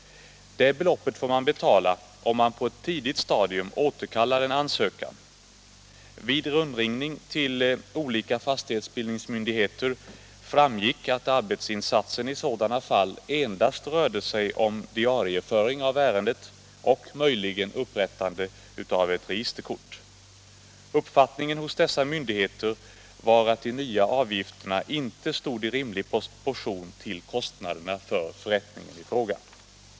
Det beloppet får man betala, om man på ett tidigt stadium återkallar en ansökan. Vid en rundringning till olika fastighetsbildningsmyndigheter framgick att arbetsinsatsen i sådana fall endast rör sig om diarieföring av ärendet och möjligen upprättande av ett registerkort. Uppfattningen hos dessa myndigheter är att de nya avgifterna inte står i rimlig proportion till kostnaderna för förrättningarna i fråga.